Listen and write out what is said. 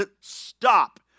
Stop